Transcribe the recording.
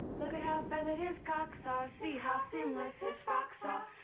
look, i have found that his cock size ah see how seamless his foxo